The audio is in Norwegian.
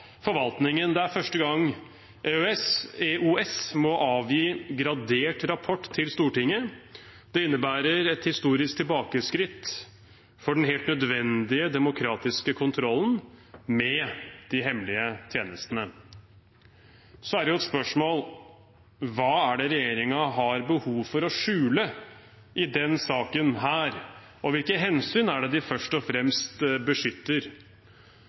forvaltningen. Det er første gang EOS-utvalget må avgi gradert rapport til Stortinget. Det innebærer et historisk tilbakeskritt for den helt nødvendige demokratiske kontrollen med de hemmelige tjenestene. Så er det jo et spørsmål: Hva er det regjeringen har behov for å skjule i denne saken, og hvilke hensyn er det de først og fremst beskytter?